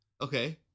Okay